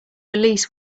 release